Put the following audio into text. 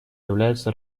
является